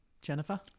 Jennifer